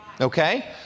okay